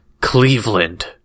Cleveland